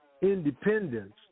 Independence